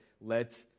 let